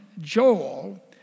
Joel